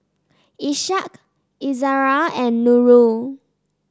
Ishak Izzara and Nurul